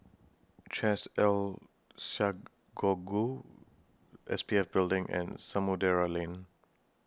Chesed El S P F Building and Samudera Lane